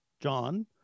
John